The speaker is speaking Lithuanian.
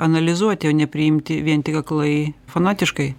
analizuoti o ne priimti vien tik aklai fanatiškai